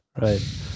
right